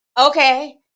Okay